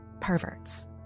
perverts